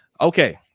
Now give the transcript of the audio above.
Okay